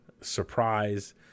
surprise